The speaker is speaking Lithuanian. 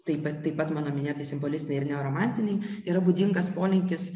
taip taip pat mano minėtai simbolistinei ir neoromantinei yra būdingas polinkis